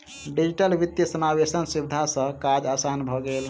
digital वित्तीय समावेशक सुविधा सॅ काज आसान भ गेल